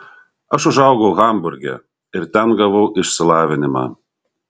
aš užaugau hamburge ir ten gavau išsilavinimą